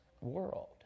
world